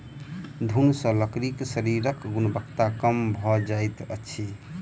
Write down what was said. घुन सॅ लकड़ी के शारीरिक गुणवत्ता कम भ जाइत अछि